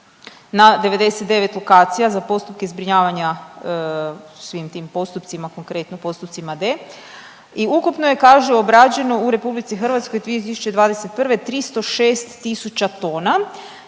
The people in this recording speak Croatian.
na 99 lokacija za postupke zbrinjavanja svim tim postupcima, konkretno postupcima D i ukupno je kažu obrađeno u RH 2021. 306.000 tona